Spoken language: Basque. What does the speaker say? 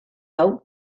hau